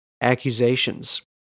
accusations